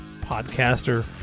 Podcaster